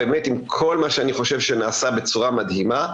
עם כל מה שאני חושב שנעשה בצורה מדהימה,